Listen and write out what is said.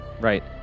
right